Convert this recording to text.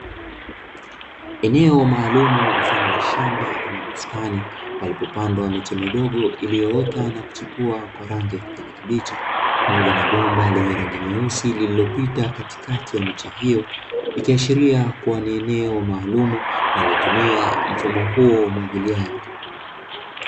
eneo maalumu mfano wa shamba ama bustani palipopandwa miche midogo iliyoota na kuchipua kwa rangi ya kijani kibichi, pamoja na bomba lenye rangi nyeusi liliopita katikati ya miche hiyo ikiashiria kuwa ni eneo maalum linalotumia mfumo huo wa umwagiliaji.